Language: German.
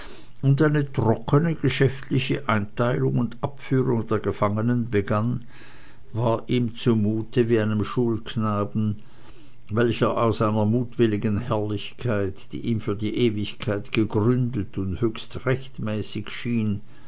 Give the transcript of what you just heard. und eine trockene geschäftliche einteilung und abführung der gefangenen begann war es ihm zu mute wie einem schulknaben welcher aus einer mutwilligen herrlichkeit die ihm für die ewigkeit gegründet und höchst rechtmäßig schien